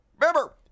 Remember